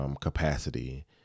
capacity